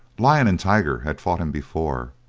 lion and tiger had fought him before,